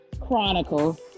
Chronicles